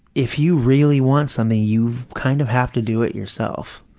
if you really want something, you kind of have to do it yourself.